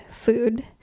food